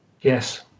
Yes